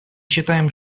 считаем